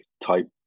type